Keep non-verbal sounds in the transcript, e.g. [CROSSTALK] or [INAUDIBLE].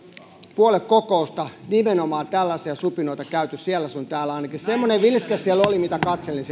puoluekokousta nimenomaan tällaisia supinoita käyty siellä sun täällä ainakin semmoinen vilske siellä oli mitä katselin [UNINTELLIGIBLE]